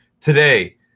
Today